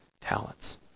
talents